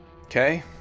Okay